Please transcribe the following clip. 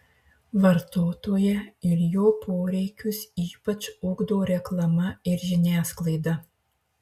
vartotoją ir jo poreikius ypač ugdo reklama ir žiniasklaida